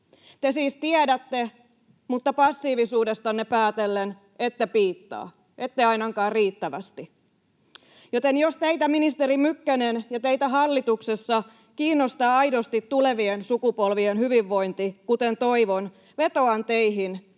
Te siis tiedätte, mutta passiivisuudestanne päätellen ette piittaa, ette ainakaan riittävästi. Joten jos teitä, ministeri Mykkänen, ja teitä hallituksessa kiinnostaa aidosti tulevien sukupolvien hyvinvointi, kuten toivon, vetoan teihin,